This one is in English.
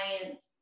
client